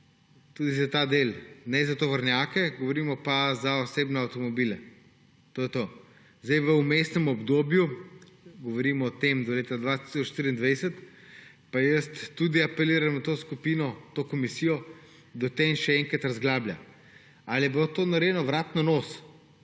tudi za ta del, ne za tovornjake, govorimo pa za osebne avtomobile. To je to. V vmesnem obdobju, govorim o tem do leta 2023, pa tudi apeliram na to skupino, to komisijo, da o tem še enkrat razglablja, ali je bilo to narejeno na vrat na nos.